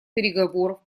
переговоров